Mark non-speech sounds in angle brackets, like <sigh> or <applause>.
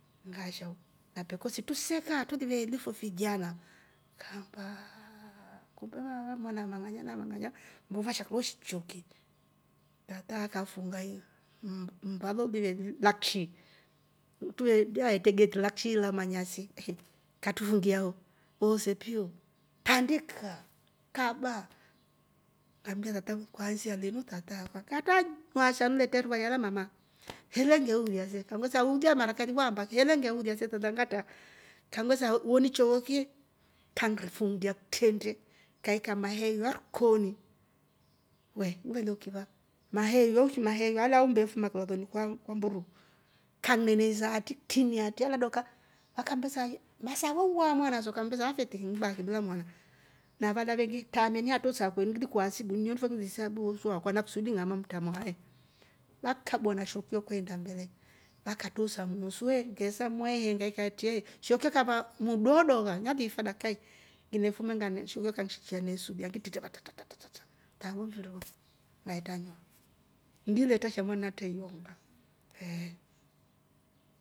Ngashau na pekosi trusekaa truli veelifu fijana kaamba haaa kumbe vaava ni va mng'anya na ng'anya nvo vasha klooshi chyoki tataa akafunga mmbalo liveeli la kshi truveeli tuvaetre geti la kshi lamanyasi katrufungia ho woose piu tandikaa kaba ngambia tata akwa ngata traba shandu ngaaatra iruva lilya la mama hele ngeulya se uriia mara kaili wamba ki hele ngeeulya se tata ngata, kang'vesha woni chooki trangifurya kitrende kaiya maheeiya rikoni we ngileve ukiva maheeya usishi maheeiya alya ya aumbe yefuma kivaloni kwa mburu kanene'ng'eneiza haatri ktrini halyaa dooka akammbesa masawe uwaa mwanafo afe tiki ngibaki bila mwana na vala veengi traamieni aatro msaakulie ngi kuasibu nyuo mli sabuu so akwa na ng'ama mtramuaae vakabwa na shekuyo kweenda mbele vakatroosa musu <hesitation> ngeesamu eh, ngaikya atri ehe shekuyo kaamaba mdue ooh dooka na liifa dakika yi nginefume shekuyo kanishikya na isulya ngitretrema tra- tra- tra ngaetraamia ngiletra sha mwana aitra ioonga.